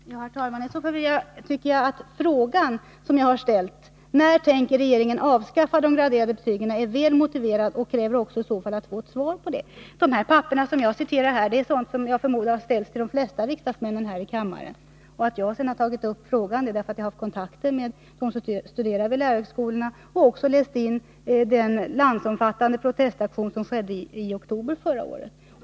Herr talman! I så fall tycker jag att frågan jag ställt — när tänker regeringen avskaffa de graderade betygen — är väl motiverad, och jag kräver att få ett svar på den. De papper jag citerat är en sådan skrivelse som jag förmodar har ställts till de flesta riksdagsmännen. Att jag sedan tagit upp frågan beror på att jag haft kontakter med dem som studerar vid lärarhögskolorna och även läst in frågan om den landsomfattande protestaktion som ägde rum i oktober förra året.